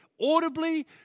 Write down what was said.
audibly